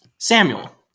Samuel